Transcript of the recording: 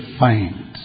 find